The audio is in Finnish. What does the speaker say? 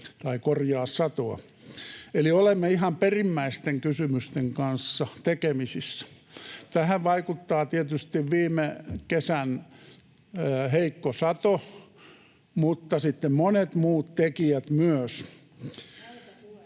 korjaa satoa. Eli olemme ihan perimmäisten kysymysten kanssa tekemisissä. Tähän vaikuttaa tietysti viime kesän heikko sato, mutta sitten monet muut tekijät myös, [Ritva